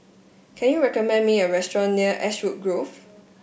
can you recommend me a restaurant near Ashwood Grove